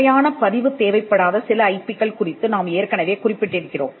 முறையான பதிவு தேவைப்படாத சில ஐபி கள் குறித்து நாம் ஏற்கனவே குறிப்பிட்டிருக்கிறோம்